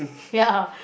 ya